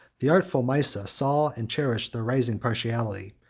the artful maesa saw and cherished their rising partiality,